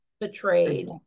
betrayed